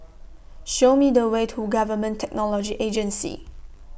Show Me The Way to Government Technology Agency